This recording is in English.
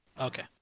Okay